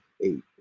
eight